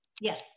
Yes